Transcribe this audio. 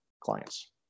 clients